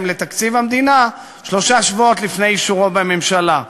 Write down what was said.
לתקציב המדינה שלושה שבועות לפני אישורו בממשלה.